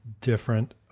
Different